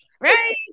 right